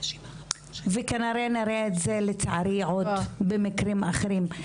וכנראה נראה את זה לצערי עוד במקרים אחרים.